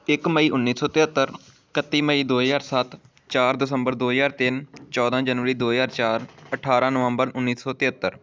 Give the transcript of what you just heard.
ਇੱਕ ਮਈ ਉੱਨੀ ਸੌ ਤਿਹੱਤਰ ਇਕੱਤੀ ਮਈ ਦੋ ਹਜ਼ਾਰ ਸੱਤ ਚਾਰ ਦਸੰਬਰ ਦੋ ਹਜ਼ਾਰ ਤਿੰਨ ਚੋਦ੍ਹਾਂ ਜਨਵਰੀ ਦੋ ਹਜ਼ਾਰ ਚਾਰ ਅਠਾਰਾਂ ਨਵੰਬਰ ਉੱਨੀ ਸੌ ਤਿਹੱਤਰ